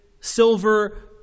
silver